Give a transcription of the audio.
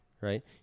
right